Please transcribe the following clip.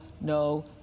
no